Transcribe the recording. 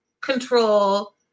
control